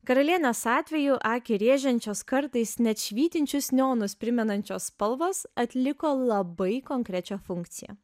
karalienės atveju akį rėžiančios kartais net švytinčius neonus primenančios spalvos atliko labai konkrečią funkciją